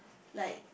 like